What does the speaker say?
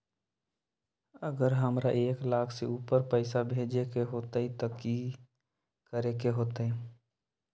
अगर हमरा एक लाख से ऊपर पैसा भेजे के होतई त की करेके होतय?